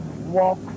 Walk